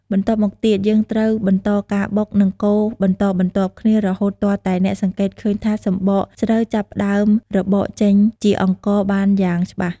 បន្ទាប់មកទៀត យើងត្រូវបន្តការបុក និងកូរបន្តបន្ទាប់គ្នារហូតទាល់តែអ្នកសង្កេតឃើញថាសម្បកស្រូវចាប់ផ្ដើមរបកចេញជាអង្ករបានយ៉ាងច្បាស់។